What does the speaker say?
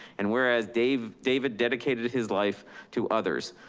and whereas david david dedicated his life to others,